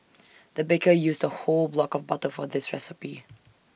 the baker used A whole block of butter for this recipe